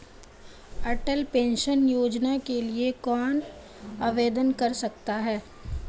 अटल pension Yojana के लिए कौन आवेदन कर सकता है?